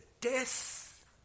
death